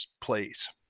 plays